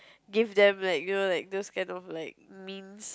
give them like you know like those kind of like mints